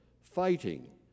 fighting